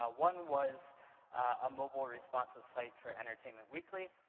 ah one was a mobile responsive site for entertainment weekly,